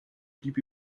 blieb